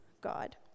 God